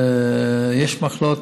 יש מחלות,